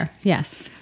Yes